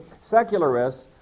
secularists